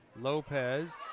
Lopez